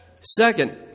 Second